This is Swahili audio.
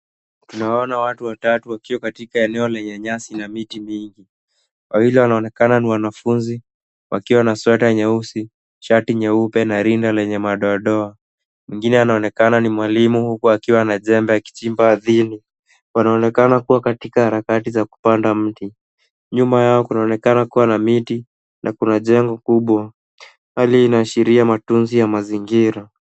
Tunawaona watu watatu wakiwa katika eneo lenye nyasi na miti mingi. Wawili wanaonekana ni wanafunzi wakiwa na sweta nyeusi, shati nyeupe na rina lenye madoadoa. Mwingine anaonekana ni mwalimu huku akiwa na jembe akichimba ardhini. Wanaonekana kuwa katika harakati za kupanda mti. Nyuma yao kunaonekana kuwa na miti na kuna jengo kubwa. Hali inaashiria matunzi ya mazingira.